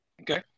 okay